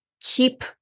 keep